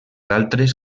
altres